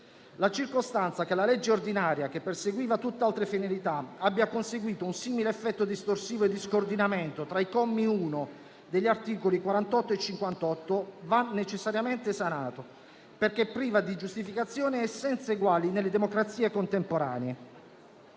La circostanza che la legge ordinaria, che perseguiva tutt'altre finalità, abbia conseguito un simile effetto distorsivo e di scoordinamento tra i commi 1 degli articoli 48 e 58, va necessariamente sanata, perché priva di giustificazione e senza uguali nelle democrazie contemporanee.